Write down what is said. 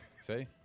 See